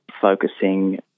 focusing